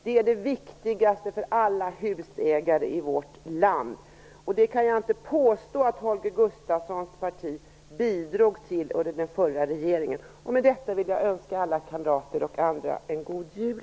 Det är det viktigaste för alla husägare i vårt land och det kan jag inte påstå att Holger Gustafssons parti bidrog till under den förra regeringen. Med detta vill jag önska alla kamrater och andra en god jul.